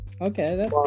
okay